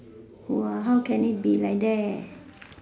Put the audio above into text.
!wah! how can it be like that